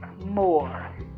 more